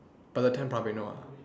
by the time probably know ah